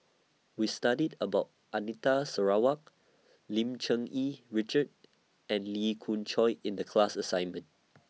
We studied about Anita Sarawak Lim Cherng Yih Richard and Lee Khoon Choy in The class assignment